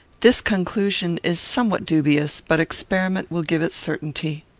this conclusion is somewhat dubious, but experiment will give it certainty.